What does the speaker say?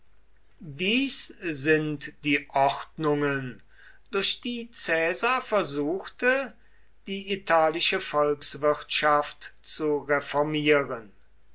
dies sind die ordnungen durch die caesar versuchte die italische volkswirtschaft zu reformieren